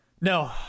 No